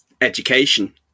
education